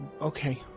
Okay